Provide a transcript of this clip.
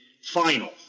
final